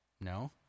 No